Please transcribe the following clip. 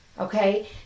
Okay